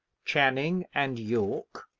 channing and yorke,